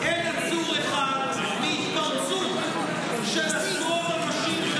אין עצור אחד מהתפרצות של עשרות אנשים,